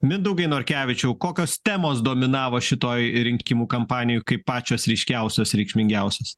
mindaugai norkevičiau kokios temos dominavo šitoj rinkimų kampanijoj kaip pačios ryškiausios reikšmingiausios